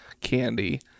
candy